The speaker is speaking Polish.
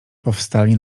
powstali